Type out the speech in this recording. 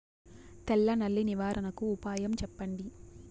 తెల్ల నల్లి నివారణకు ఉపాయం చెప్పండి?